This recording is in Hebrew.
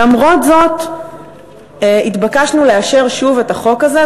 למרות זאת התבקשנו לאשר שוב את החוק הזה,